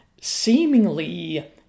seemingly